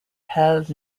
held